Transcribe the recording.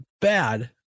bad